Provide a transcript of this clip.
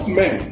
men